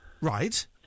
Right